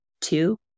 Two